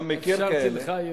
תסיים.